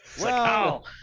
Wow